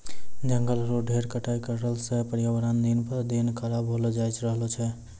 जंगल रो ढेर कटाई करला सॅ पर्यावरण दिन ब दिन खराब होलो जाय रहलो छै